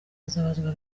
azabazwa